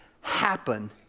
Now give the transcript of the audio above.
happen